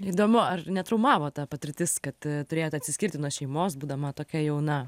įdomu ar netraumavo ta patirtis kad turėjot atsiskirti nuo šeimos būdama tokia jauna